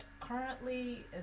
currently